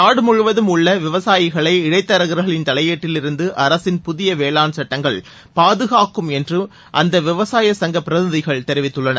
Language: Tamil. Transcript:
நாடு முழுவதும் உள்ள விவசாயிகளை இடைத்தரகர்களின் தலையிட்டிலிருந்து அரசின் புதிய வேளாண் சட்டங்கள் பாதகாக்கும் என்று அந்த விவசாய சங்க பிரதிநிதிகள் தெரிவித்துள்ளனர்